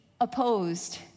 opposed